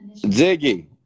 Ziggy